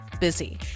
busy